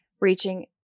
reaching –